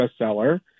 bestseller